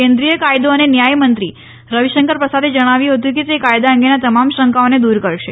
કેન્દ્રિય કાયદો અને ન્યાય મંત્રી રવિશંકર પ્રસાદે જણાવ્યું હતું કે તે કાયદા અંગેના તમામ શંકાઓને દુર કરશે